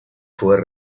fue